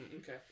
Okay